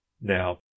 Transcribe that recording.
Now